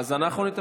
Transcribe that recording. אז אנחנו נטפל.